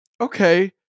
Okay